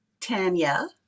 Tanya